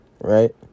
Right